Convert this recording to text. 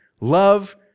Love